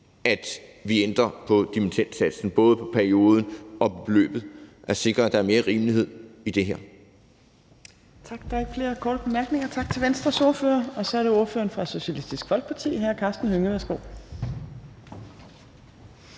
at vi ændrer på dimittendsatsen, både i forhold til perioden og beløbet, og sikrer, at der er mere rimelighed i det her.